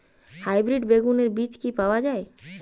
Hybrid বেগুনের বীজ কি পাওয়া য়ায়?